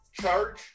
charge